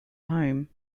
home